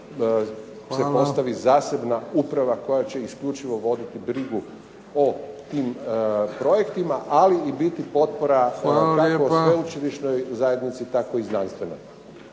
se postavi zasebna uprava koja će isključivo voditi brigu o tim projektima, ali i biti potpora kako sveučilišnoj zajednici tako i znanstvenoj.